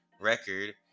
record